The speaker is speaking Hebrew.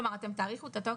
כלומר אתם תאריכו את התוקף?